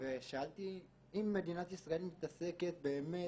האם מדינת ישראל מתעסקת באמת